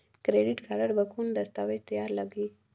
Credit card बर कौन दस्तावेज तैयार लगही?